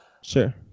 sure